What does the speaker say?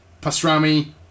pastrami